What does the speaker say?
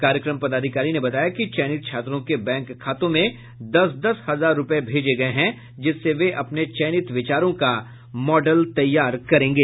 कार्यक्रम पदाधिकारी ने बताया कि चयनित छात्रों के बैंक खातों में दस दस हजार रूपये भेजे गये हैं जिससे वे अपने चयनित विचारों का मॉडल तैयार करेंगे